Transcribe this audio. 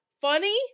funny